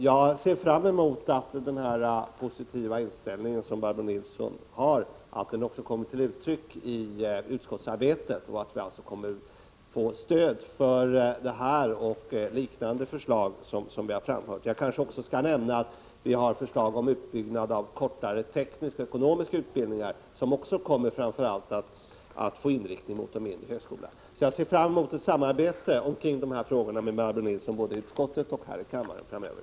Jag ser fram emot att den positiva inställning som Barbro Nilsson har också skall komma till uttryck i utskottsarbetet och att vi kommer att få stöd för detta och liknande förslag som vi har framfört. Jag skall också nämna att vi har lagt fram förslag om utbyggnad av kortare teknisk-ekonomiska utbildningar, som kommer att få inriktning mot framför allt de mindre högskolorna. Jag ser fram emot ett samarbete kring dessa frågor med Barbro Nilsson både här i kammaren och i utskottet framöver.